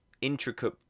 intricate